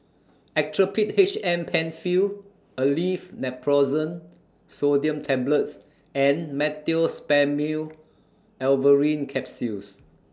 Actrapid H M PenFill Aleve Naproxen Sodium Tablets and Meteospasmyl Alverine Capsules